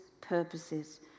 purposes